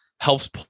helps